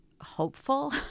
hopeful